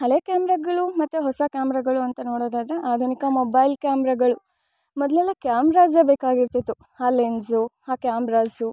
ಹಳೆ ಕ್ಯಾಮ್ರಾಗಳು ಮತ್ತು ಹೊಸ ಕ್ಯಾಮ್ರಾಗಳು ಅಂತ ನೋಡೋದಾದರೆ ಆಧುನಿಕ ಮೊಬೈಲ್ ಕ್ಯಾಮ್ರಾಗಳು ಮೊದಲೆಲ್ಲ ಕ್ಯಾಮ್ರಾಸೇ ಬೇಕಾಗಿರ್ತಿತ್ತು ಆ ಲೆನ್ಸು ಆ ಕ್ಯಾಮ್ರಾಸು